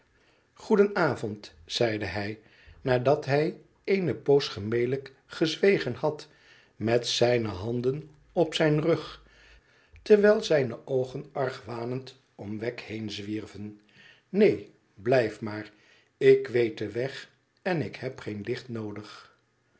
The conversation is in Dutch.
goedenavond zeide hij nadat hij eene poos gemelijk gezwegen had met zijne handen op zijn rug terwijl zijne oogen argwanend om wegg heen zwierven neen blijf maar ik weet den weg en ik heb geen licht noodig